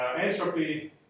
entropy